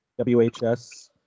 WHS